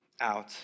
out